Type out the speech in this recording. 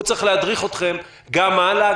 האיזון הזה צריך להדריך אתכם גם הלאה,